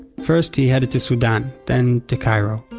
first he headed to sudan, then to cairo.